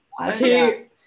Okay